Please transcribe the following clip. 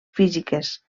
físiques